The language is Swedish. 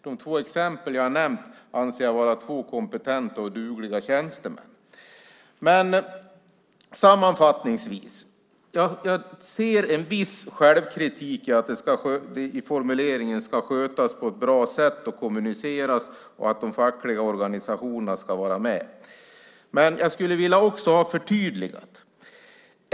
De två exempel jag har nämnt anser jag vara två kompetenta och dugliga tjänstemän. Jag ser en viss självkritik i formuleringen att det ska skötas på ett bra sätt och kommuniceras och att de fackliga organisationerna ska vara med. Men jag skulle vilja ha det förtydligat.